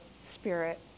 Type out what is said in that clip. spirit